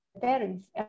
parents